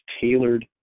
tailored